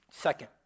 Second